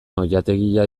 oilategia